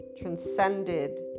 transcended